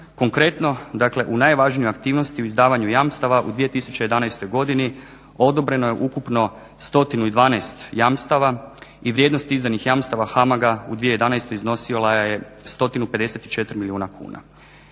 Konkretno dakle u najvažnijoj aktivnosti u izdavanju jamstava u 2011. godini odobreno je ukupno 112 jamstava i vrijednost izdanih jamstava HAMAG-a u 2011. iznosila je 154 milijuna kuna.